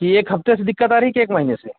कि एक हफ़्ते से दिक़्क़त आ रही कि एक महीने से